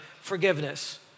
forgiveness